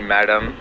Madam